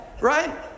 right